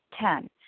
Ten